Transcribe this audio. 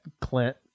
Clint